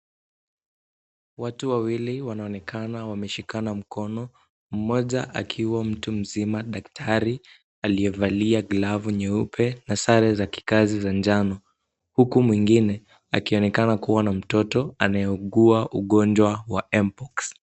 Watu wawili wanaonekana wameshikana mkono, mmoja akiwa mtu mzima daktari aliyevalia glavu nyeupe na sare za kikazi za njano, huku mwingine akionekana kuwa na mtoto anayeugua ugonjwa wa Mpox.